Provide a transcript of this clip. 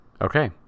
Okay